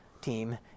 team